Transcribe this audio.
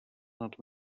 nad